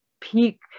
peak